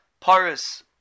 paris